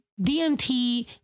DMT